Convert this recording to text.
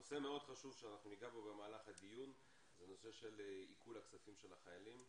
נושא מאוד חשוב שניגע בו במהלך הדיון הוא נושא של עיקול כספי החיילים.